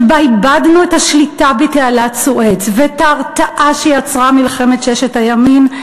שבה איבדנו את השליטה בתעלת סואץ ואת ההרתעה שייצרה מלחמת ששת הימים,